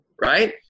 right